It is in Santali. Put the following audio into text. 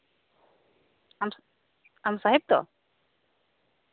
ᱟᱢ ᱟᱢ ᱥᱟᱦᱮᱵ ᱛᱚ